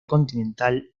continental